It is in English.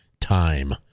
time